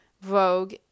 Vogue